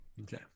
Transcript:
Okay